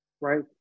right